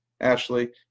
Ashley